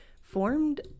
formed